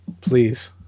Please